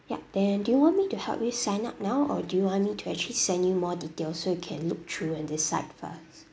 yup then do you want me to help you sign up now or do you want me to actually send you more details so you can look through and decide first